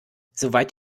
soweit